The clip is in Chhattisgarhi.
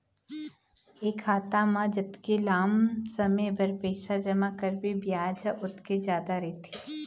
ए खाता म जतके लाम समे बर पइसा जमा करबे बियाज ह ओतके जादा रहिथे